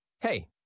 Hey